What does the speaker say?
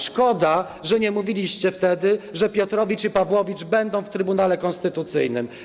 Szkoda, że nie mówiliście wtedy, że Piotrowicz i Pawłowicz będą w Trybunale Konstytucyjnym.